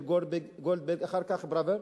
של גולדברג ואחר כך פראוור,